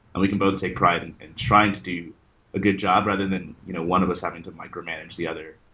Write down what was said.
and we can both take pride and in trying to do a good job rather than you know one of us having to micromanage the other.